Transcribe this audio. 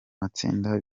matsinda